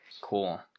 cool